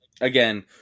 Again